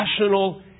national